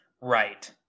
right